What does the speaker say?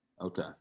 Okay